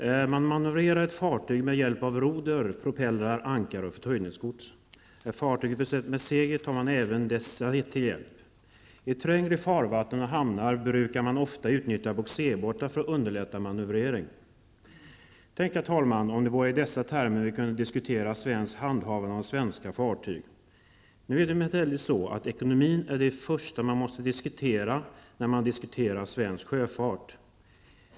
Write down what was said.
Herr talman! Man manövrerar ett fartyg med hjälp av roder, propellrar, ankare och förtöjningsgods. Är fartyget försett med segel tar man även dessa till hjälp. I trängre farvatten och hamnar brukar man ofta utnyttja bogserbåtar för att underlätta manövrering. Tänk, herr talman, om vi kunde diskutera svenskt handhavande av svenska fartyg i dessa termer. Nu är det emellertid så att ekonomin är det första man måste diskutera när man debatterar svensk sjöfart.